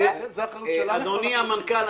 זה אחריות שלנו --- אדוני המנכ"ל,